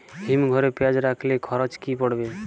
হিম ঘরে পেঁয়াজ রাখলে খরচ কি পড়বে?